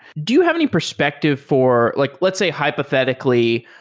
do you have any perspective for like, let's say hypothetically,